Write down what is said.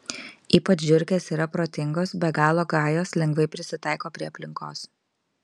ypač žiurkės yra protingos be galo gajos lengvai prisitaiko prie aplinkos